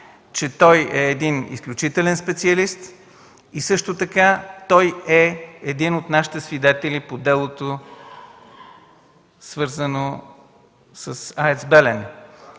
че той е един изключителен специалист и също така е един от нашите свидетели по делото, свързано с АЕЦ „Белене”.